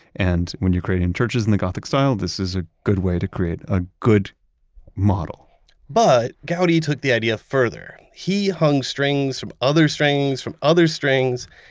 and when you're creating churches in the gothic style this is a good way to create a good model but gaudi took the idea further. he hung strings from other strings, from other strings,